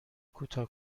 کوتاه